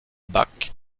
buck